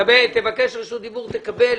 תבקש רשות דיבור תקבל.